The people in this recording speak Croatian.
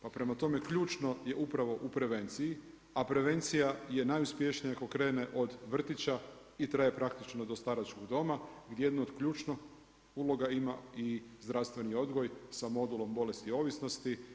Pa prema tome, ključno je upravo u prevenciji, a prevencija je najuspješnija ako krene od vrtića i traje praktično do staračkog doma gdje jednu od ključnih uloga ima i zdravstveni odgoj sa modulom bolest i ovisnosti.